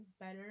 better